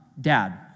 Dad